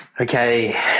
Okay